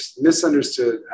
misunderstood